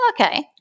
Okay